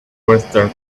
western